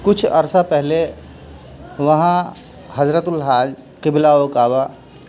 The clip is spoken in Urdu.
کچھ عرصہ پہلے وہاں حضرت الحاج قبلہ و کعبہ